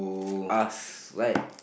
ask right